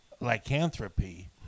lycanthropy